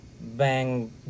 Bang